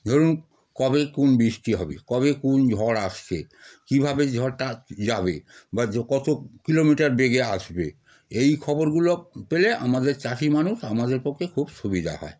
ধরুন কবে কোন বৃষ্টি হবে কবে কোন ঝড় আসছে কীভাবে ঝড়টা যাবে বা কত কিলোমিটার বেগে আসবে এই খবরগুলো পেলে আমাদের চাষি মানুষ আমাদের পক্ষে খুব সুবিধা হয়